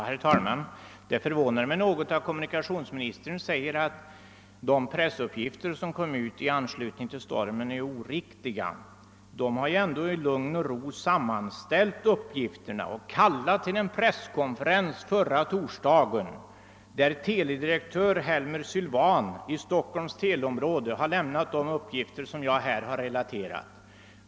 Herr talman! Det förvånar mig något att de pressuppgifter som lämnades i anslutning till stormarna skulle vara oriktiga. De har ändå sammanställts i lugn och ro, och de uppgifter jag nyss relaterat lämnades av teledirektör Helmer Sylvan i Stockholms teleområde vid en presskonferens som sammankallades förra torsdagen.